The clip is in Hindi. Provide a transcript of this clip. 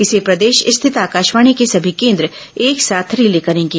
इसे प्रदेश स्थित आकाशवाणी के सभी केंद्र एक साथ रिले करेंगे